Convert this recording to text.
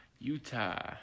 Utah